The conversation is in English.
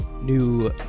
new